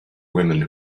women